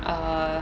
err